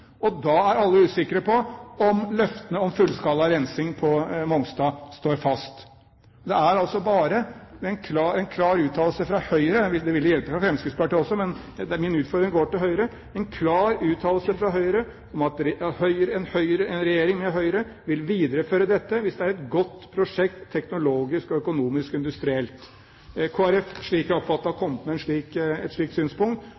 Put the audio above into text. og da er alle usikre på om løftene om fullskala rensing på Mongstad står fast. Men jeg vil altså bare ha en klar uttalelse fra Høyre – det ville hjelpe fra Fremskrittspartiet også, men min ufordring går til Høyre – om at en regjering med Høyre vil videreføre dette hvis det er et godt prosjekt teknologisk, økonomisk og industrielt. Kristelig Folkeparti, slik jeg har oppfattet det, har kommet med et slikt synspunkt.